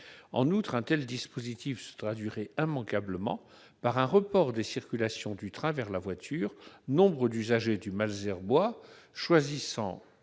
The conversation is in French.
En outre, un tel dispositif se traduirait immanquablement par un report des circulations du train vers la voiture, nombre d'usagers du Malesherbois choisissant